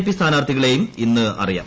P സ്ഥാനാർത്ഥികളെയും ഇന്ന് അറിയാം